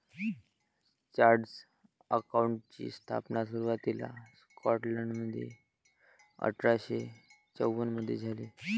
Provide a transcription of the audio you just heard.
chartered अकाउंटंटची स्थापना सुरुवातीला स्कॉटलंडमध्ये अठरा शे चौवन मधे झाली